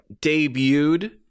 debuted